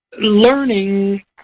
learning